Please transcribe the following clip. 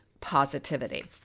positivity